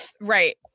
Right